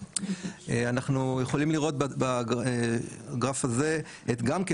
אנחנו יכולים לראות בגרף הזה גם כן